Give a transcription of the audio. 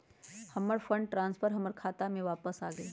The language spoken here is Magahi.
हमर फंड ट्रांसफर हमर खाता में वापस आ गेल